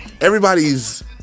everybody's